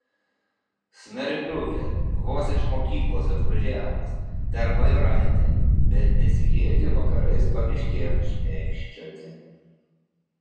snargliukė vos iš mokyklos atvažiavus dar bajoraitė bet nesigėdi vakarais pamiškėm šmėkščioti